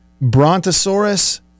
brontosaurus